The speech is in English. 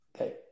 Okay